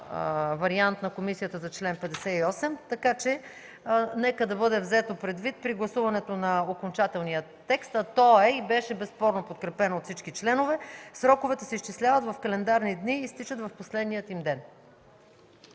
вариант на комисията за чл. 58, така че нека да бъде взето предвид при гласуването на окончателния текст, а то е – и беше безспорно подкрепено от всички членове на комисията: „сроковете се изчисляват в календарни дни и изтичат в последния им ден”.